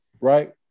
right